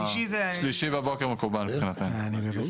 שלישי בבוקר מקובל מבחינתנו.